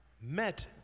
met